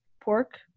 pork